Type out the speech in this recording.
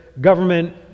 government